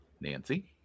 nancy